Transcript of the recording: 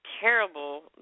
terrible